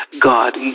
God